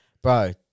Bro